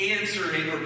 answering